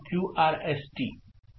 घेत आहोत